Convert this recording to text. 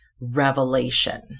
revelation